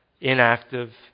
inactive